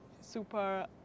super